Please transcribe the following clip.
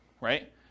right